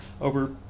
over